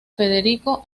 federico